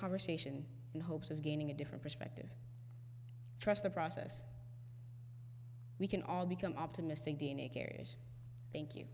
conversation in hopes of gaining a different perspective trust the process we can all become optimistic d n a carries thank you